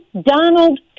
Donald